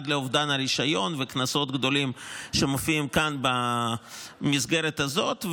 עד לאובדן הרישיון וקנסות גדולים שמופיעים כאן במסגרת הזאת.